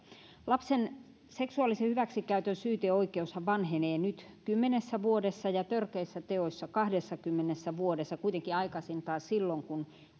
lapsen seksuaalisen hyväksikäytön syyteoikeushan vanhenee nyt kymmenessä vuodessa ja törkeissä teoissa kahdessakymmenessä vuodessa kuitenkin aikaisintaan silloin kun